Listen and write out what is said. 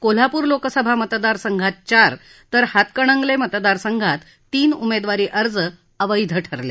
कोल्हापूर लोकसभा मतदारसंघात चार तर हातकणंगले मतदारसंघात तीन उमेदवारी अर्ज अवैध ठरले